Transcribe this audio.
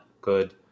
good